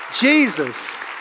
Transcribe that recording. Jesus